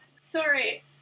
sorry